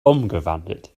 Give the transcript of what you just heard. umgewandelt